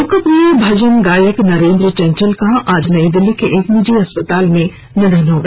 लोकप्रिय भजन गायक नरेंद्र चंचल का आज नई दिल्ली के एक निजी अस्पताल में निधन हो गया